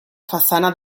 façana